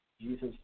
Jesus